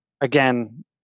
again